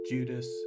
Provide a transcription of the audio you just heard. Judas